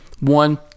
one